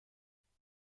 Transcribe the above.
اینجا